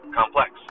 complex